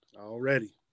already